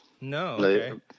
No